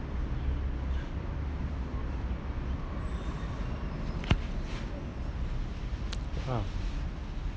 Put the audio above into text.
ah